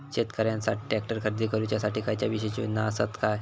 शेतकऱ्यांकसाठी ट्रॅक्टर खरेदी करुच्या साठी खयच्या विशेष योजना असात काय?